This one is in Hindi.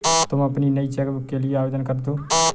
तुम अपनी नई चेक बुक के लिए आवेदन करदो